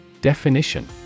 Definition